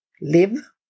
live